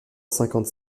cinquante